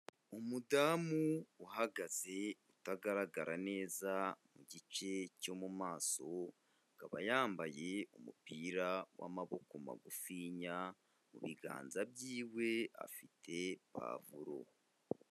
Umudamu uhagaze utagaragara neza mu gice cyo mumaso, akaba yambaye umupira w'amaboko magufiya, mu biganza byiwe afite pavuro.